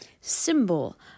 symbol